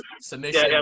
Submission